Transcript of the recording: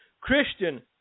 Christian